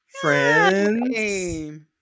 friends